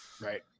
Right